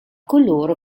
coloro